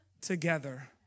together